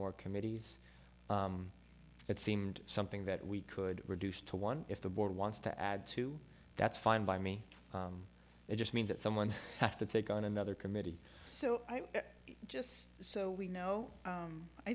more committees it seemed something that we could reduce to one if the board wants to add to that's fine by me it just means that someone has to take on another committee so just so we know